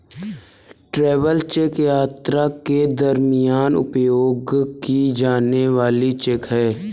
travel cheque यात्रा के दरमियान उपयोग की जाने वाली चेक है